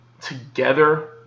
together